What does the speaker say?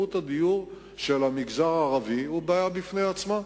תרבות הדיור של המגזר הערבי היא בעיה בפני עצמה.